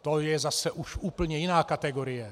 To je zase už úplně jiná kategorie.